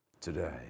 today